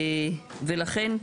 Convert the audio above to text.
ולכן,